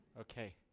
Okay